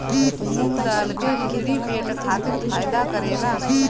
मूंग दाल के खिचड़ी पेट खातिर फायदा करेला